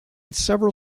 several